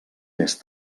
més